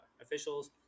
officials